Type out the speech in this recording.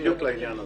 בדיוק לעניין הזה.